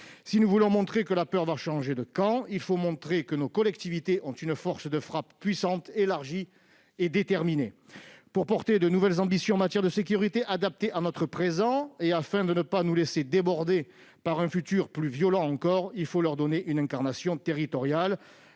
Si nous voulons que la peur change de camp, il faut montrer que nos collectivités ont une force de frappe puissante, élargie et déterminée. Pour porter de nouvelles ambitions en matière de sécurité adaptées à notre présent et afin de ne pas nous laisser déborder par un futur plus violent encore, il faut leur donner une incarnation territoriale.